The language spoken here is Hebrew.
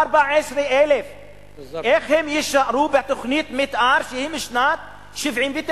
14,000. איך הם יישארו בתוכנית מיתאר שהיא משנת 1979,